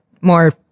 more